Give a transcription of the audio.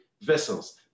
vessels